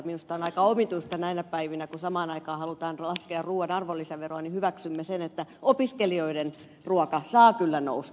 minusta on aika omituista näinä päivänä kun samaan aikaan halutaan laskea ruuan arvonlisäveroa että hyväksymme sen että opiskelijoiden ruuan hinta saa kyllä nousta